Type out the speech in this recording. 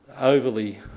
overly